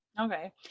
Okay